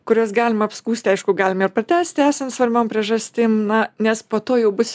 kur juos galima apskųsti aišku galime ir pratęsti esan svarbiom priežastim na nes po to jau bus